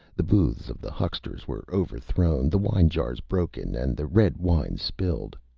the booths of the hucksters were overthrown, the wine-jars broken and the red wine spilled.